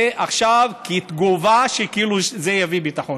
ועכשיו, כתגובה, כאילו זה יביא ביטחון.